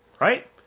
right